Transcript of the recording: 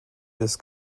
this